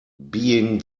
being